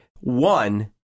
one